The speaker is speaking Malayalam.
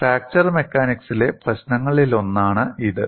ഫ്രാക്ചർ മെക്കാനിക്സിലെ പ്രശ്നങ്ങളിലൊന്നാണ് ഇത്